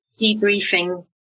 debriefing